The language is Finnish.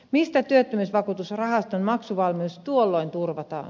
mistä työttömyysvakuutusrahaston maksuvalmius tuolloin turvataan